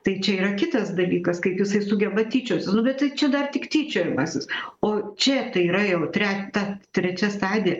tai čia yra kitas dalykas kaip jisai sugeba tyčiotis bet tai čia dar tik tyčiojimasis o čia tai yra jau tre ta trečia stadija